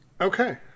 Okay